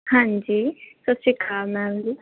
ਹਾਂਜੀ ਸਤਿ ਸ਼੍ਰੀ ਅਕਾਲ ਮੈਮ ਜੀ